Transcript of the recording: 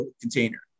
container